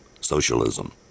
socialism